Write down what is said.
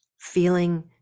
feeling